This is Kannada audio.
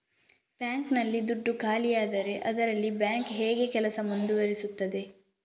ಬ್ಯಾಂಕ್ ನಲ್ಲಿ ದುಡ್ಡು ಖಾಲಿಯಾದರೆ ಅದರಲ್ಲಿ ಬ್ಯಾಂಕ್ ಹೇಗೆ ಕೆಲಸ ಮುಂದುವರಿಸುತ್ತದೆ?